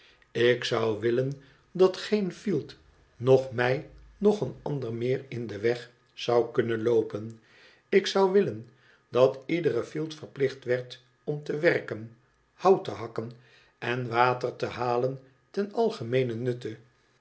ik zou willen dat geen fielt noch mij noch een ander meer in den weg zou kunnen loopen ik zou willen dat iedere fielt verplicht werd om te werken hout te hakken en water te halen ten algemeenen nutte